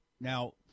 now